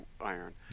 iron